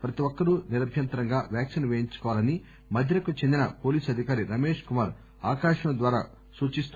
పుతి ఒక్కరూ నిరభ్యంతరంగా వ్యాక్సిన్ పేయించుకోవాలని మధిరకు చెందిన పోలీసు అధికారి రమేష్ కుమార్ ఆకాశవాణి ద్వారా సూచిస్తూ